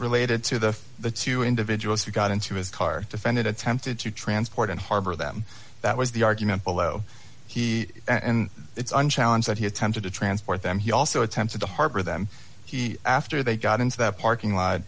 related to the the two individuals who got into his car defended attempted to transport and harbor them that was the argument below he and it's unchallenged that he attempted to transport them he also attempted to harbor them he after they got into that parking lot